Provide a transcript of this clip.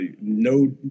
no